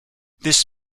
this